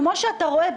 כמו שאתה רואה,